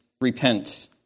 repent